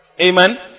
Amen